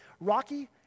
Rocky